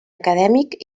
acadèmic